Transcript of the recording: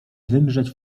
wymrzeć